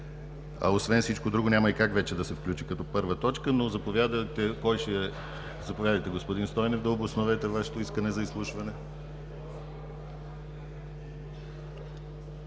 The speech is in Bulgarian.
А освен всичко друго, няма и как вече да се включи като първа точка. Заповядайте, господин Стойнев, да обосновете Вашето искане за изслушване.